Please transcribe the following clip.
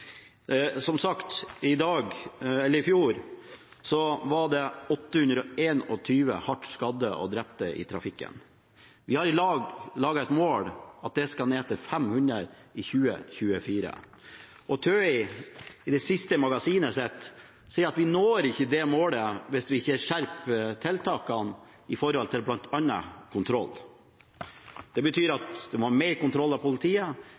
som sagt, 821 hardt skadde og drepte i trafikken. Vi har sammen laget et mål om at det skal ned til 500 i 2024. I TØIs seneste magasin sier de at vi ikke når dette målet hvis ikke vi skjerper bl.a. kontrolltiltakene. Det betyr at vi må ha mer kontroll fra politiet,